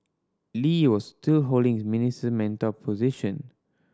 Lee was still holding his Minister Mentor position